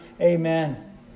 Amen